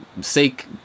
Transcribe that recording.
sake